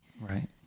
Right